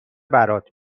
برات